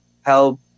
help